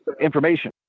information